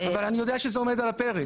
אני יודע אבל אני יודע שזה עומד על הפרק,